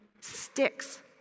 sticks